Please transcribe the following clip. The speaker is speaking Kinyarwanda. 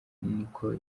niko